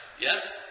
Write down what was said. Yes